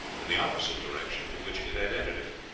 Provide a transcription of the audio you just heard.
in the opposite direction to which it had entered it.